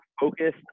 focused